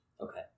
Okay